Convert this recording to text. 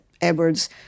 Edwards